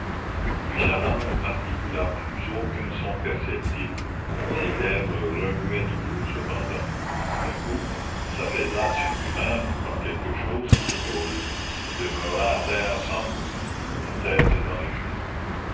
puis sa langue n'articula plus aucun son perceptible ses lèvres remuaient toujours cependant tout à coup il s'affaissa sur lui-même comme quelque chose qui s'écroule et demeura à terre sans mouvement la tête dans les genoux